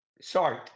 Sorry